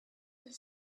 the